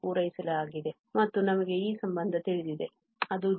ಮತ್ತು ನಮಗೆ ಈ ಸಂಬಂಧ ತಿಳಿದಿದೆ ಅದು gfx a02